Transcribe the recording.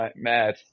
mad